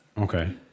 Okay